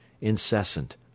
incessant